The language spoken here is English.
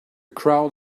crowd